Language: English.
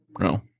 No